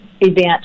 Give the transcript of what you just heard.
event